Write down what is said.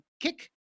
kick